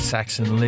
Saxon